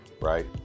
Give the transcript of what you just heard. right